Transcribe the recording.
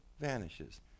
vanishes